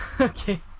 okay